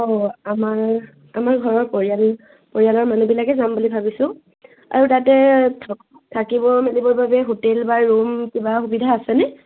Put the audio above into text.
অঁ আমাৰ আমাৰ ঘৰৰ পৰিয়াল পৰিয়ালৰ মানুহবিলাকে যাম বুলি ভাবিছোঁ আৰু তাতে থাকিব মেলিবৰ বাবে হোটেল বা ৰুম কিবা সুবিধা আছেনে